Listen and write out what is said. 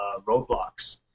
roadblocks